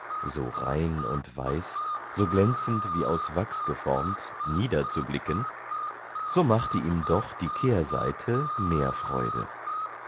so rein und weiß so glänzend wie aus wachs geformt niederzublicken so machte ihm doch die kehrseite mehr freude